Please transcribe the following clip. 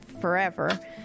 forever